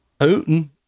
Putin